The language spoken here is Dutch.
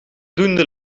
doende